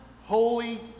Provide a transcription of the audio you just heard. holy